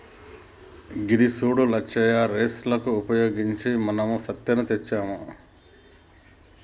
గిది సూడు లచ్చయ్య రేక్ లను ఉపయోగించి మనం సెత్తను తీయవచ్చు